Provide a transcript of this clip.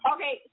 Okay